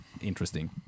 interesting